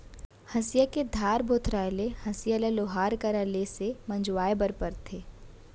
हँसिया के धार भोथराय ले हँसिया ल लोहार करा ले से मँजवाए बर परथे